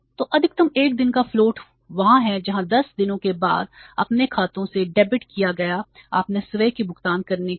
तो अधिकतम 1 दिन का फ्लोट वहां है जहां 10 दिनों के बाद अपने खाते से डेबिट किए गए अपने स्वयं के भुगतान करने के लिए